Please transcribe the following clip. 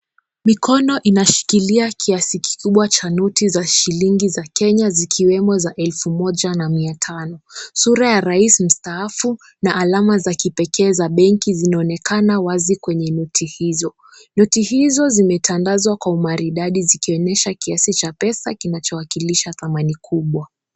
Mikono inashikilia kiasi kikubwa cha noti za shilingi za Kenya zikiwemo za elfu moja na mia tano ,sura ya rais mstaafu na alama za kipekee za benki zinaonekana wazi kwenye noti hizo ,noti hizo zimetandazwa kwa umaridadi zikionyesha kiasi cha pesa kinachowakilisha thamani kubwa.